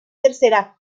tercera